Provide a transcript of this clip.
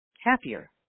happier